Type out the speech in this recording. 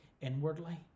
inwardly